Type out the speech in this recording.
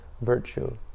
virtue